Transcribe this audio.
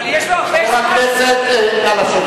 לא, אבל יש לו הרבה זמן, חבר הכנסת, תודה.